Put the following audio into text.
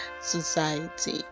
society